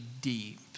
deep